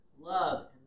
love